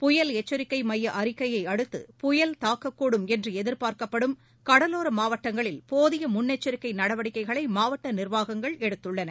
புயல் எச்சரிக்கை மைய அறிக்கையை அடுத்து புயல் தாக்கக்கூடும் என்று எதிர்பார்க்கப்படும் கடலோர மாவட்டங்களில் போதிய முன்னெச்சரிக்கை நடவடிக்கைகளை மாவட்ட நிர்வாகங்கள் எடுத்துள்ளன